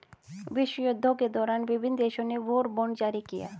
विश्वयुद्धों के दौरान विभिन्न देशों ने वॉर बॉन्ड जारी किया